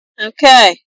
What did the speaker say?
Okay